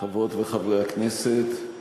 חברות וחברי הכנסת,